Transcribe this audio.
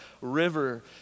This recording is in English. river